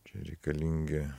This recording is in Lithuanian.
čia reikalingi